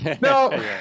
No